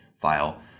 file